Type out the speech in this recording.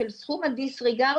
של הסכום הדיסריגרד,